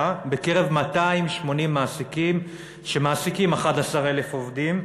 בקרב 280 מעסיקים שמעסיקים 11,000 עובדים,